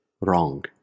wrong